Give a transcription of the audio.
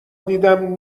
دیدم